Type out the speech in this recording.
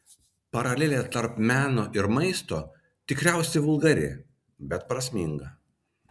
paralelė tarp meno ir maisto tikriausiai vulgari bet prasminga